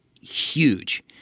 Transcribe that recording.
huge